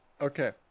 Okay